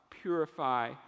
purify